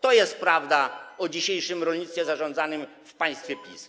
To jest prawda o dzisiejszym rolnictwie zarządzanym w państwie PiS.